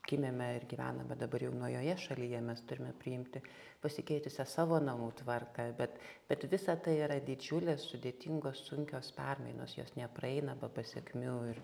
gimėme ir gyvena va dabar jau naujoje šalyje mes turime priimti pasikeitusią savo namų tvarką bet bet visa tai yra didžiulės sudėtingos sunkios permainos jos nepraeina be pasekmių ir